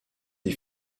des